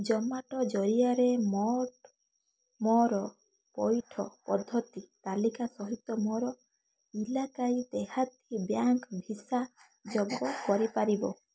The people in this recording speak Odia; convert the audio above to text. ଜୋମାଟୋ ଜରିଆରେ ମୋ ମୋର ପଇଠ ପଦ୍ଧତି ତାଲିକା ସହିତ ମୋ ଇଲାକାଈ ଦେହାତୀ ବ୍ୟାଙ୍କ୍ ଭିସା ଯୋଗ କରିପାରିବ